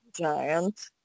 giant